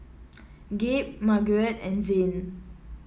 Gabe Margarete and Zhane